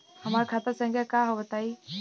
हमार खाता संख्या का हव बताई?